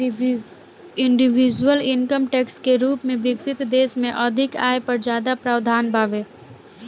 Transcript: individual income tax के रूप में विकसित देश में अधिक आय पर ज्यादा प्रावधान बावे